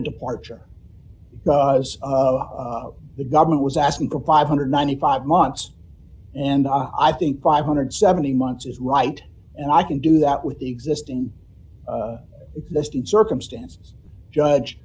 a departure but the government was asking for five hundred and ninety five months and i think five hundred and seventy months is white and i can do that with the existing existing circumstances judge